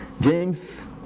James